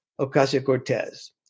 Ocasio-Cortez